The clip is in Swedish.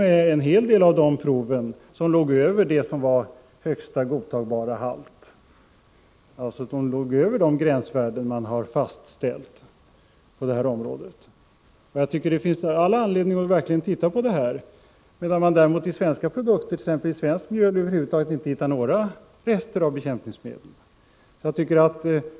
En hel del av de proven låg till och med över högsta godtagbara halt, dvs. de fastställda gränsvärdena. Det finns all anledning att titta på detta! I svenska produkter, exempelvis svenskt mjöl, hittar man däremot inte några rester av bekämpningsmedel.